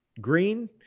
green